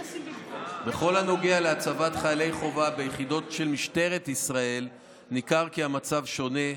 בכל הנוגע להצבת חיילי חובה ביחידות של משטרת ישראל ניכר כי המצב שונה.